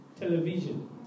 television